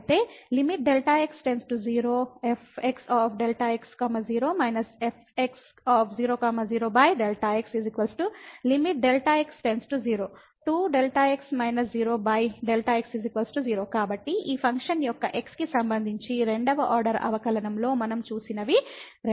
అయితే Δ x 0 fxΔx 0 − fx0 0 Δ x Δ x 0 2Δx 0Δ x 2 కాబట్టి ఈ ఫంక్షన్ యొక్క x కి సంబంధించి రెండవ ఆర్డర్ అవకలనంలో మనం చూసినవి 2